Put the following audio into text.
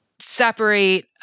separate